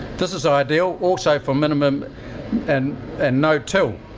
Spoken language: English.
this is ideal also for minimum and and no till,